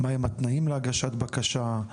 מה הם התנאים להגשת בקשה?